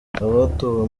abatowe